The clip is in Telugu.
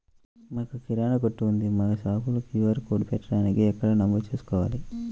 మాకు కిరాణా కొట్టు ఉంది మా షాప్లో క్యూ.ఆర్ కోడ్ పెట్టడానికి ఎక్కడ నమోదు చేసుకోవాలీ?